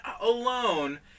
alone